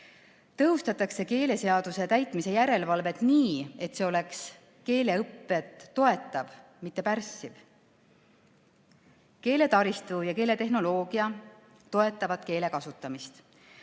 Tõhustatakse keeleseaduse täitmise järelevalvet nii, et see oleks keeleõpet toetav, mitte pärssiv. Keeletaristu ja keeletehnoloogia toetavad keele kasutamist.